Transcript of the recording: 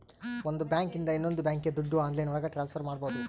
ಒಂದ್ ಬ್ಯಾಂಕ್ ಇಂದ ಇನ್ನೊಂದ್ ಬ್ಯಾಂಕ್ಗೆ ದುಡ್ಡು ಆನ್ಲೈನ್ ಒಳಗ ಟ್ರಾನ್ಸ್ಫರ್ ಮಾಡ್ಬೋದು